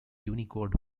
unicode